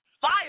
fire